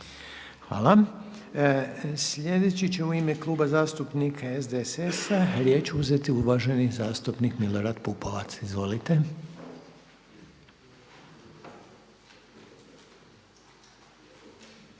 Hvala. Sljedeći će u ime Kluba zastupnika MOST-a govoriti uvaženi zastupnik Nikola Grmoja. Izvolite.